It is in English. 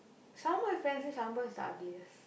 Shaan boy friend said Shaan boy is the ugliest